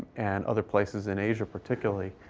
and other places in asia, particularly,